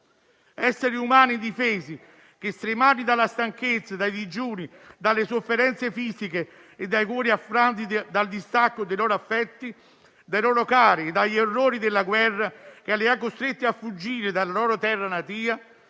Esseri umani indifesi che, stremati dalla stanchezza, dai digiuni, dalle sofferenze fisiche, con i cuori affranti dal distacco dei loro affetti, dai loro cari e dagli orrori della guerra, che li ha costretti a fuggire dalla loro terra natia,